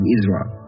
Israel